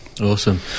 awesome